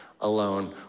alone